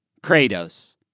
kratos